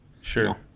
sure